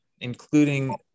including